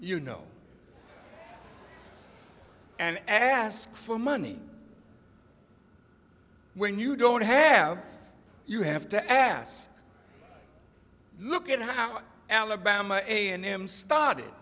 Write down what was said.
you know and ask for money when you don't have you have to ask look at how alabama a and m started